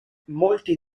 molti